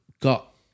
got